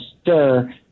stir